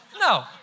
No